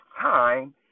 time